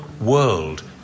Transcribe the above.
world